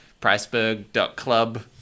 priceberg.club